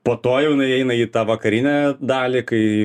po to jau jinai eina į tą vakarinę dalį kai